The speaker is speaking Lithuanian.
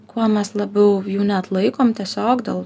kuo mes labiau jų neatlaikom tiesiog dėl